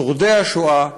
לשורדי השואה,